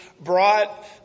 brought